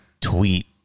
tweet